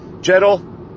gentle